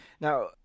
Now